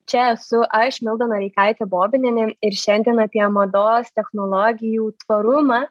čia esu aš milda noreikaitė bobinienė ir šiandien apie mados technologijų tvarumą